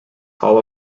hall